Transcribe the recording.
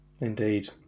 Indeed